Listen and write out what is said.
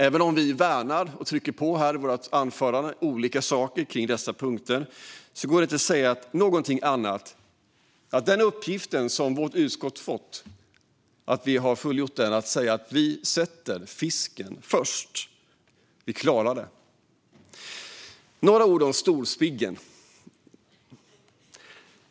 Även om vi i våra anföranden värnar och trycker på olika saker kring dessa punkter går det inte att säga någonting annat än att vi har fullgjort den uppgift som vårt utskott fått. Vi sätter fisken först. Vi klarar det. Jag ska säga några ord om storspiggen.